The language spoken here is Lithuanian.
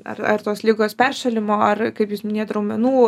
ar ar tos ligos peršalimo ar kaip jūs minėjot raumenų